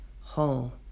whole